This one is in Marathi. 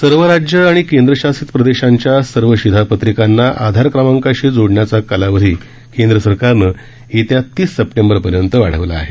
सर्व राज्यं आणि केंद्रशासित प्रदेशांच्या सर्व शिधापत्रिकांना आधार क्रमाकांशी जोडण्याचा कालावधी केंद्र सरकारनं येत्या तीस सप्टेंबरपर्यंत वाढवला आहे